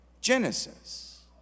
Genesis